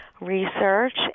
research